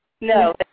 No